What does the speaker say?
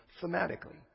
thematically